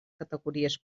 categories